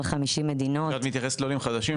כשאת מתייחסת לעולים חדשים,